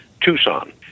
Tucson